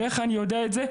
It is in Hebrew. ואיך אני יודע את זה?